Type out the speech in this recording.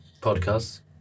Podcasts